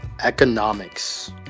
Economics